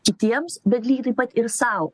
kitiems bet lygiai taip pat ir sau